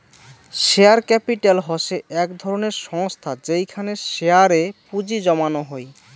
share capital হসে এক ধরণের সংস্থা যেইখানে শেয়ার এ পুঁজি জমানো হই